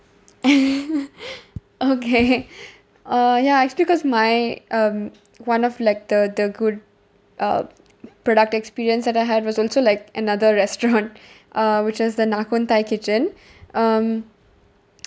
okay uh ya it's because my um one of like the the good uh product experience that I had was also like another restaurant which is the nakhon thai kitchen um